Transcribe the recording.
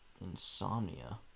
Insomnia